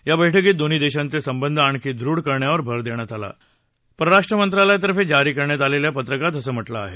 या बैठकीत दोन्ही देशांचे संबंध आणखी दृढ करण्यावर भर देण्यात आला असं परराष्ट्र मंत्रालयातर्फे जारी करण्यात आलेल्या पत्रकात म्हटलं आहे